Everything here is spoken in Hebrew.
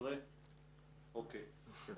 אם כך